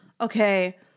Okay